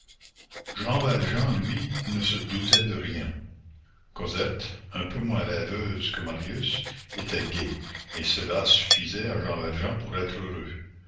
jean valjean lui ne se doutait de rien cosette un peu moins rêveuse que marius était gaie et cela suffisait à jean valjean pour être heureux